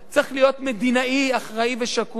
צריך להיות מדינאי אחראי ושקול,